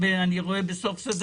אני אומר לך